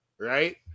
right